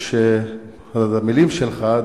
במלים שלך,